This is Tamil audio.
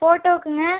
ஃபோட்டோக்குங்க